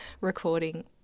recording